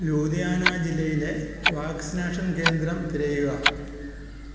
ലുധിയാന ജില്ലയിലെ വാക്സിനേഷൻ കേന്ദ്രം തിരയുക